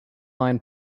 line